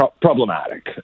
problematic